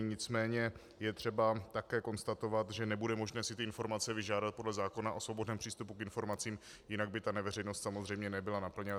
Nicméně je třeba také konstatovat, že nebude možné si informace vyžádat podle zákona o svobodném přístupu k informacím, jinak by ta neveřejnost samozřejmě nebyla naplněna.